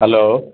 hello